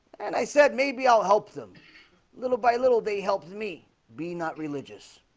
and i said maybe i'll help them little by little they helped me be not religious